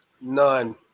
None